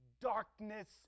darkness